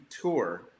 tour